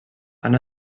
han